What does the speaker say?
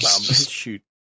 Shoot